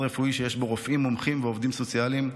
רפואי שיש בו רופאים מומחים ועובדים סוציאליים,